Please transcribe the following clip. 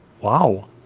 wow